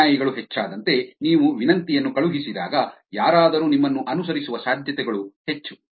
ಅನುಯಾಯಿಗಳು ಹೆಚ್ಚಾದಂತೆ ನೀವು ವಿನಂತಿಯನ್ನು ಕಳುಹಿಸಿದಾಗ ಯಾರಾದರೂ ನಿಮ್ಮನ್ನು ಅನುಸರಿಸುವ ಸಾಧ್ಯತೆಗಳು ಹೆಚ್ಚು